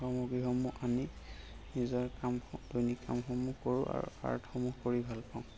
সামগ্ৰীসমূহ আনি নিজৰ কাম দৈনিক কামসমূ্হ কৰোঁ আৰু আৰ্টসমূহ কৰি ভাল পাওঁ